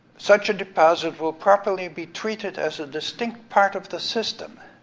such a deposit will properly be treated as a distinct part of the system,